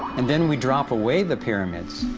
and then we drop away the pyramids,